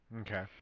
Okay